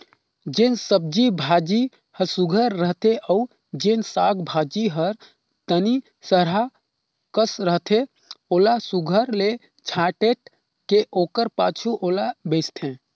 जेन सब्जी भाजी हर सुग्घर रहथे अउ जेन साग भाजी हर तनि सरहा कस रहथे ओला सुघर ले छांएट के ओकर पाछू ओला बेंचथें